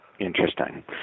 Interesting